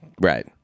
Right